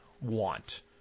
want